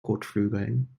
kotflügeln